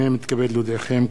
הנני מתכבד להודיעכם,